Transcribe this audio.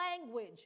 language